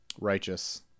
Righteous